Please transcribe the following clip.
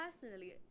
Personally